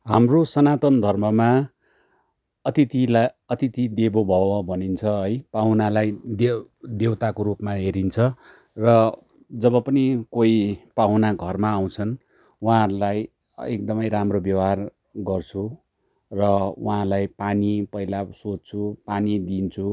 हाम्रो सनातन धर्ममा अतिथिला अतिथि देव भव भनिन्छ है पाहुनालाई देव देवताको रूपमा हेरिन्छ र जब पनि कोही पाहुना घरमा आउँछन् वहाँहरूलाई एकदमै राम्रो व्यवहार गर्छु र वहाँहरूलाई पानी पहिला सोध्छु पानी दिन्छु